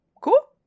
Cool